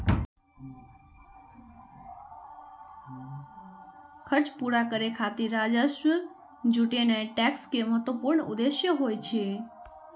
खर्च पूरा करै खातिर राजस्व जुटेनाय टैक्स के महत्वपूर्ण उद्देश्य होइ छै